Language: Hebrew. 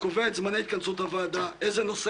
יש לי שאלות הבהרה.